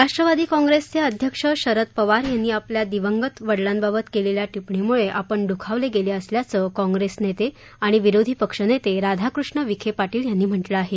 राष्ट्रवादी काँग्रेसचे अध्यक्ष शरद पवार यांनी आपल्या दिवंगत वडिलांबाबत केलेल्या टिपणीमुळे आपण दुखावले गेले असल्याचं काँप्रेस नेते आणि विरोधी पक्षनेते राधाकृष्ण विखे पाटील यांनी म्हटलं आहे